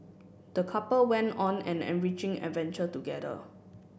the couple went on an enriching adventure together